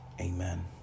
Amen